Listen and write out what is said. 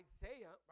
Isaiah